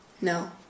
No